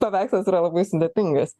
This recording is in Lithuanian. paveikslas yra labai sudėtingas